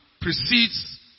precedes